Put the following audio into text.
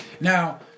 Now